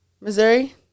Missouri